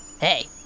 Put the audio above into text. Hey